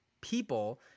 people